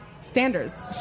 Sanders